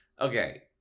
Okay